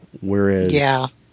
Whereas